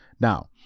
Now